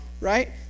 right